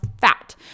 fat